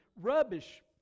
rubbish